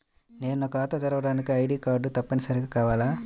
నేను ఖాతా తెరవడానికి ఐ.డీ కార్డు తప్పనిసారిగా కావాలా?